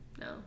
No